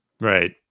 Right